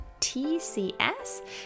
TCS